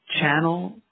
channel